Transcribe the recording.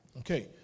Okay